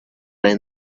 train